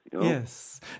Yes